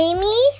Amy